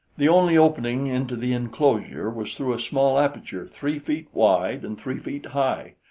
the only opening into the inclosure was through a small aperture three feet wide and three feet high,